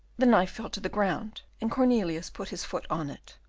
the knife fell to the ground, and cornelius put his foot on it.